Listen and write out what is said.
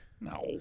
No